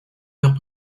heures